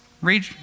read